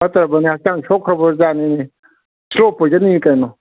ꯐꯠꯇꯕꯅꯦ ꯍꯛꯆꯥꯡ ꯁꯣꯛꯈ꯭ꯔꯕꯖꯥꯠꯅꯤ ꯁ꯭ꯂꯣ ꯄꯣꯏꯖꯟꯅꯤ ꯀꯩꯅꯣ